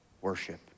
Worship